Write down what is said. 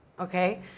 Okay